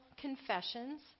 confessions